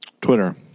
Twitter